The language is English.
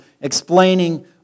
explaining